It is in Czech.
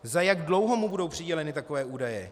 Za jak dlouho mu budou přiděleny takové údaje?